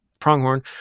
pronghorn